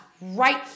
right